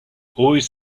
always